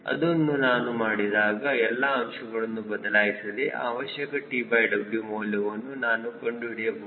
ಅದನ್ನು ನಾನು ಮಾಡಿದಾಗ ಎಲ್ಲಾ ಅಂಶಗಳನ್ನು ಬದಲಾಯಿಸದೆ ಅವಶ್ಯಕ TW ಮೌಲ್ಯವನ್ನು ನಾನು ಕಂಡುಹಿಡಿಯಬಹುದು